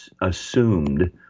assumed